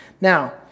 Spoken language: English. Now